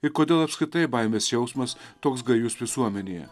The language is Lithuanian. ir kodėl apskritai baimės jausmas toks gajus visuomenėje